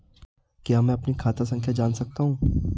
क्या मैं अपनी खाता संख्या जान सकता हूँ?